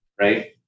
right